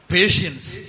Patience